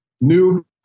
new